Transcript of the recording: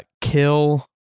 kill